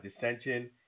dissension